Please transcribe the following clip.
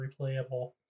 replayable